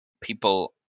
people